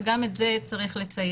וגם את זה צריך לציין.